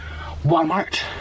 Walmart